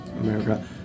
America